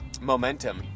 momentum